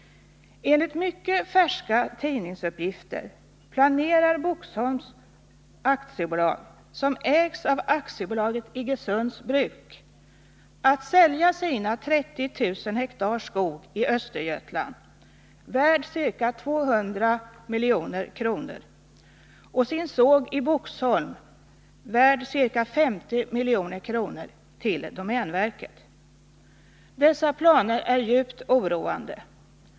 Enligt mycket färska tidningsuppgifter planerar Boxholms AB, som ägs av Iggesunds Bruk, att sälja sina 30 000 hektar skog i Östergötland, värd ca 200 milj.kr., och sin såg i Boxholm, värd ca 50 milj.kr., till domänverket. Dessa planer är djupt oroande.